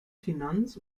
finanz